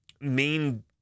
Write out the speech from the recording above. main